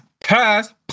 pass